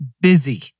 busy